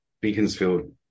Beaconsfield